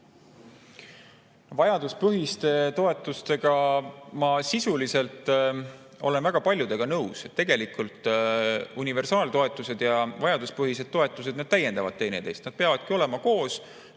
Vajaduspõhiste toetustega ma sisuliselt olen väga paljudel juhtudel nõus. Tegelikult universaaltoetused ja vajaduspõhised toetused täiendavad teineteist. Nad peavadki olema koos.